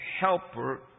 helper